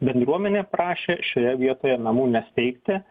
bendruomenė prašė šioje vietoje namų nesteigti